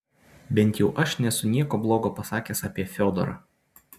bent jau aš nesu nieko blogo pasakęs apie fiodorą